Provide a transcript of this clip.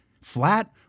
flat